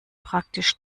praktisch